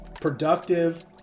productive